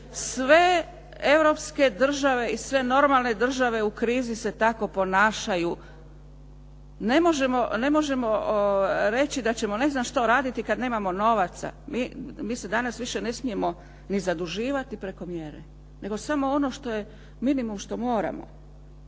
Sve europske države i sve normalne države u krizi se tako ponašaju. Ne možemo reći da ćemo ne znam što raditi kad nemamo novaca. Mi se danas više ne smijemo ni zaduživati preko mjere, nego samo ono što je minimum što moramo.